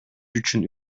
үчүн